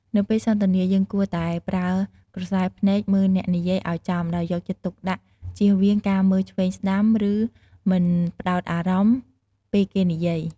នៅពេលសន្ទនាយើងគួរតែប្រើក្រសែភ្នែកមើលអ្នកនិយាយឲ្យចំដោយយកចិត្តទុកដាក់ជៀសវាងការមើលឆ្វេងស្តាំឬមិន ផ្តោតអារម្មណ៍ពេលគេនិយាយ។